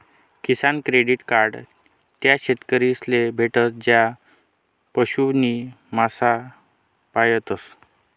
किसान credit card त्या शेतकरीस ले भेटस ज्या पशु नी मासा पायतस